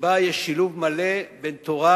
שבה יש שילוב מלא בין תורה,